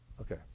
okay